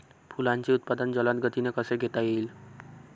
फुलांचे उत्पादन जलद गतीने कसे घेता येईल?